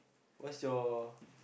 what's your